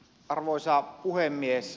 arvoisa puhemies